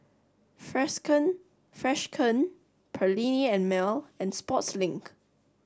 Freshkon Perllini and Mel and Sportslink